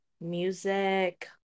music